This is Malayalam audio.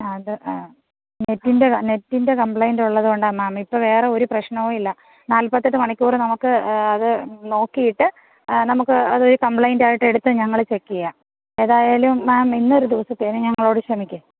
ആ അത് ആ നെറ്റിൻ്റെ ക നെറ്റിൻ്റെ കംപ്ലയിൻറ്റ് ഉള്ളതുകൊണ്ടാണ് മാം ഇപ്പോൾ വേറെ ഒരു പ്രശ്നവും ഇല്ല നാൽപ്പത്തെട്ട് മണിക്കൂർ നമുക്ക് അത് നോക്കിയിട്ട് നമുക്ക് അത് കംപ്ലയിൻറ്റായിട്ട് എടുത്ത് ഞങ്ങൾ ചെക്ക് ചെയ്യാം ഏതായാലും മാം ഇന്നൊരു ദിവസത്തേന് ഞങ്ങളോട് ക്ഷമിക്ക്